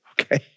okay